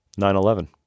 9-11